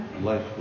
Life